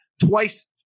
twice